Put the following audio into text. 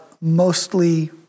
mostly